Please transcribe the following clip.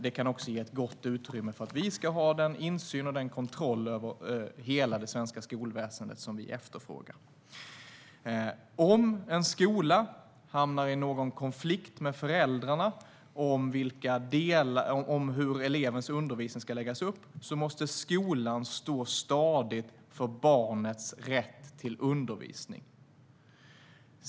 Det kan också ge utrymme för att vi ska ha den insyn i och kontroll över hela det svenska skolväsendet som vi efterfrågar. Om en skola hamnar i en konflikt med föräldrar om hur elevens undervisning ska läggas upp måste skolan stå stadigt för barnets rätt till undervisning.